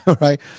Right